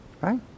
Right